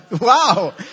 Wow